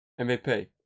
MVP